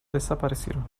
desaparecieron